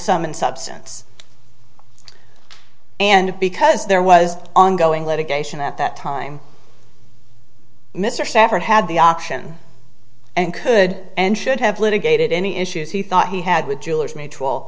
sum and substance and because there was ongoing litigation at that time mr stafford had the option and could and should have litigated any issues he thought he had with jeweler's mutual